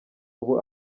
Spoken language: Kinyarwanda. ubu